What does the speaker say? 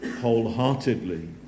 wholeheartedly